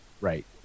Right